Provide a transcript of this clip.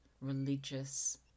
religious